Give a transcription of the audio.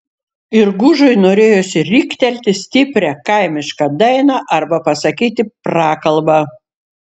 ir gužui norėjosi riktelėti stiprią kaimišką dainą arba pasakyti prakalbą